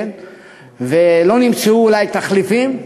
ולא נמצאו תחליפים.